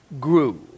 grew